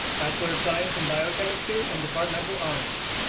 bachelor of science in biochemistry and departmental honors.